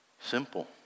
Simple